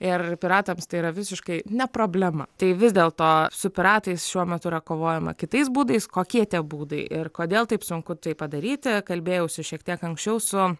ir piratams tai yra visiškai ne problema tai vis dėlto su piratais šiuo metu yra kovojama kitais būdais kokie tie būdai ir kodėl taip sunku tai padaryti kalbėjausi šiek tiek anksčiau su